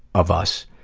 of us